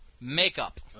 makeup